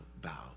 bow